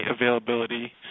availability